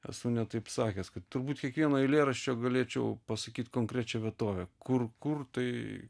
esu net taip sakęs kad turbūt kiekvieno eilėraščio galėčiau pasakyt konkrečią vietovę kur kur tai